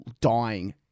dying